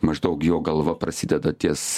maždaug jo galva prasideda ties